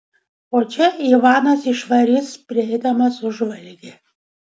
o čia ivanas išvarys prieidamas už valgį